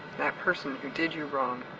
that person who did you wrong